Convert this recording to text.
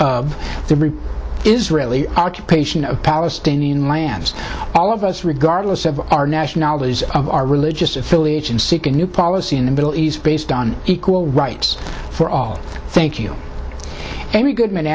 of three israeli occupation of palestinian lands all of us regardless of our nationalities of our religious affiliations seek a new policy in the middle east based on equal rights for all thank you amy goodman